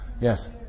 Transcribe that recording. Yes